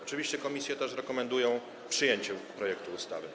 Oczywiście komisje też rekomendują przyjęcie projektu ustawy.